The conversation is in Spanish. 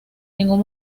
ningún